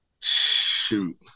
shoot